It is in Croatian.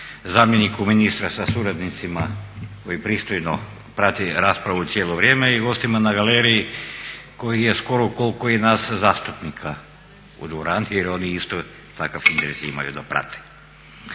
zamjeniku ministra sa suradnicima koji pristojno prati raspravu cijelo vrijeme i gostima na galeriji kojih je skoro koliko i nas zastupnika u dvorani jer oni isto takav interes imaju da prate.